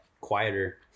Quieter